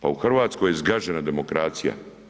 Pa u Hrvatskoj je zgažena demokracija.